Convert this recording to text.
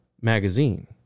magazine